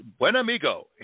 Buenamigo